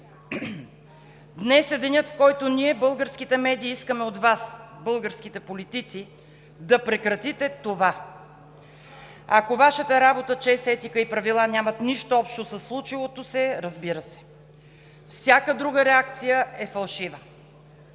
Днес е денят, в който ние, българските медии искаме от Вас – българските политици, да прекратите това, ако Вашата работа, чест, етика и правила нямат нищо общо със случилото се, разбира се. Всяка друга реакция е фалшива.“